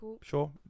sure